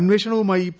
അന്വേഷണവുമായി പി